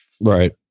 Right